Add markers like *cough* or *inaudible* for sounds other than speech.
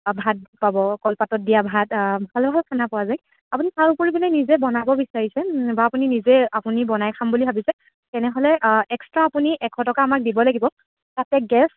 ভাত পাব কলপাতত দিয়া ভাত *unintelligible* খানা পোৱা যায় আপুনি তাৰ উপৰি মানে নিজে বনাব বিচাৰিছে বা আপুনি নিজে আপুনি বনাই খাম বুলি ভাবিছে তেনেহ'লে এক্সট্ৰা আপুনি এশ টকা আমাক দিব লাগিব তাতে গেছ